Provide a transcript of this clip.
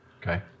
Okay